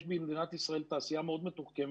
יש במדינת ישראל תעשייה מאוד מתוחכמת